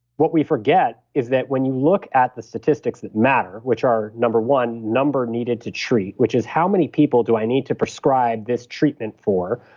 what we forget is that when you look at the statistics that matter, which are number one, number needed to treat, which is how many people do i need to prescribe this treatment for,